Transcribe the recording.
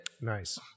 Nice